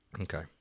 okay